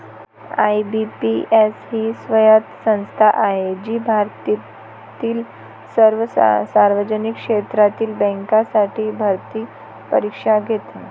IBPS ही स्वायत्त संस्था आहे जी भारतातील सर्व सार्वजनिक क्षेत्रातील बँकांसाठी भरती परीक्षा घेते